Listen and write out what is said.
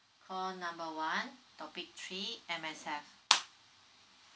call number one topic three M_S_F